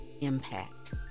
impact